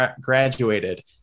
graduated